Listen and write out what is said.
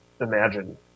imagine